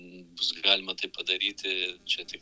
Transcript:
bus galima tai padaryti čia tik